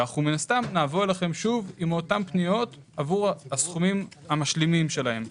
ומן הסתם נבוא אליכם שוב עם אותן פניות עבור הסכומים המשלימים שלהם.